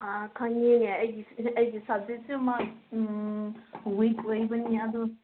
ꯑꯥ ꯈꯪꯉꯤꯅꯦ ꯑꯩꯒꯤ ꯁꯕꯖꯦꯛꯁꯨ ꯃꯥ ꯋꯤꯛ ꯑꯣꯏꯕꯅꯤ ꯑꯗꯣ